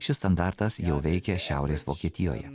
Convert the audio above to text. šis standartas jau veikia šiaurės vokietijoje